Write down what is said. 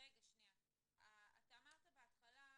אתה אמרת בהתחלה,